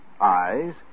Eyes